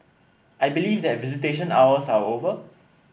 I believe that visitation hours are over